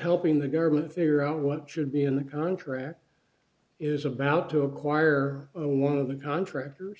helping the government figure out what should be in the contract is about to acquire one of the contractors